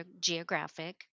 Geographic